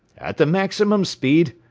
at the maximum speed,